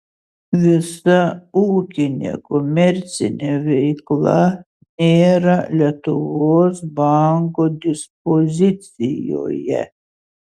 visa ūkinė komercinė veikla nėra lietuvos banko dispozicijoje